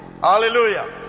hallelujah